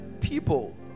people